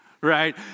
right